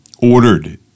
ordered